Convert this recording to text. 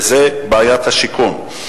זו בעיית השיכון.